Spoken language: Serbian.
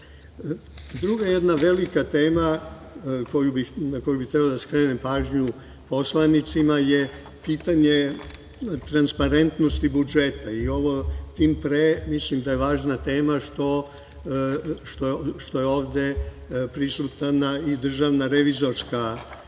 velika tema na koju bih hteo da skrenem pažnju poslanicima je pitanje transparentnosti budžeta i ovo tim pre mislim da je važna tema što je ovde prisutna i DRI, te mislim da